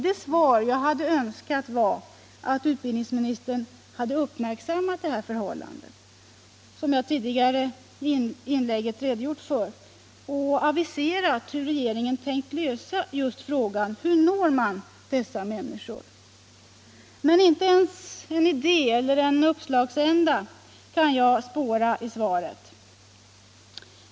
Det svar som jag hade önskat var att utbildningsministern hade uppmärksammat detta förhållande, som jag tidigare i inlägget redogjort för, och aviserat hur regeringen tänkt lösa frågan hur man når dessa människor. Men inte ens en idé eller en uppslagsända kan jag spåra i svaret.